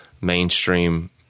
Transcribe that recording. mainstream